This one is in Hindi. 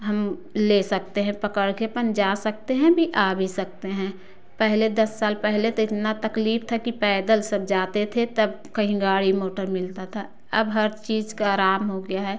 हम ले सकते हैं पकड़ के अपन जा सकते हैं भी आ भी सकते हैं पहले दस साल पहले तो इतना तकलीफ था कि पैदल सब जाते थे तब कहीं गाड़ी मोटर मिलता था अब हर चीज का आराम हो गया है